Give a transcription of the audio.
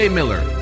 Miller